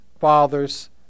father's